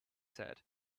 said